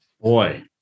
Boy